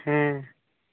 ᱦᱮᱸ